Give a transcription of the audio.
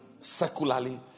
secularly